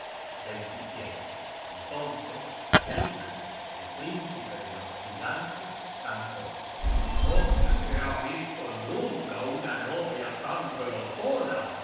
hidromiel entonces thrymer el príncipe de los gigantes cantó dónde se ha visto nunca una novia tan